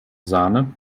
sahne